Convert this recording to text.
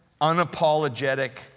unapologetic